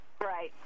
Right